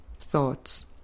thoughts